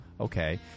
Okay